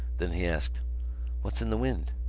then he asked what's in the wind?